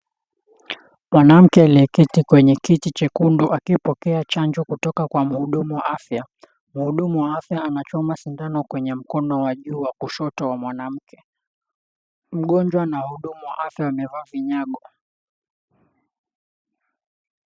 Mwanamke aliyeketi kwenye kiti chekundu akipokea chanjo kutoka kwa mhudumu wa afya. Mhudumu wa afya anachoma sindano kwenye mkona wa juu wa kushoto wa mwanamke. Mgonjwa na wahudumu wa afya wamevaa vinyago.